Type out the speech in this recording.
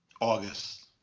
August